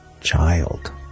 child